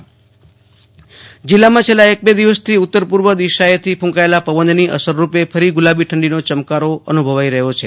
આશુતોષ અંતાણી કુચ્છ હવામાન જિલ્લામાં છેલ્લા એક બે દિવસથી ઉત્તર પૂર્વ દિશાએથી ફૂંકાયેલા પવનની અસરરૂપે ફરી ગુલાબી ઠંડીનો ચમકારો અનુભવાઈ રહ્યો છે